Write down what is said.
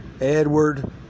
Edward